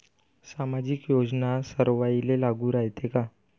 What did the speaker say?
सामाजिक योजना सर्वाईले लागू रायते काय?